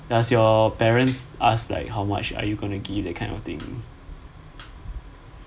does your parents ask like how much are you going to give that kind of thing